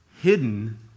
hidden